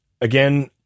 Again